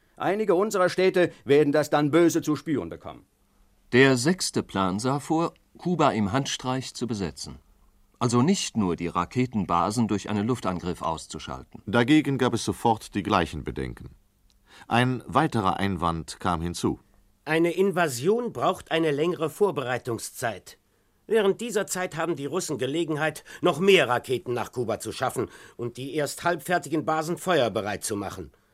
Einige unserer Städte werden das dann böse zu spüren bekommen. Der sechste Plan sah vor, Kuba im Handstreich zu besetzen. Also nicht nur die Raketenbasen durch einen Luftangriff auszuschalten. Dagegen gab es sofort die gleichen Bedenken. Ein weiterer Einwand kam hinzu. Eine Invasion braucht eine längere Vorbereitungszeit. Während dieser Zeit haben die Russen Gelegenheit, noch mehr Raketen nach Kuba zu schaffen und die erst halbfertigen Basen feuerbereit zu machen.